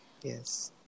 yes